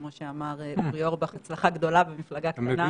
כמו שאמר אורי אורבך: הצלחה גדולה במפלגה קטנה לכולכם.